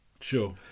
Sure